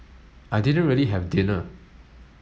I didn't really have dinner